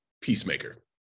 Peacemaker